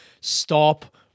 stop